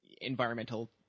environmental